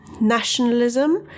nationalism